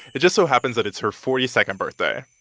it just so happens that it's her forty second birthday.